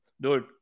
dude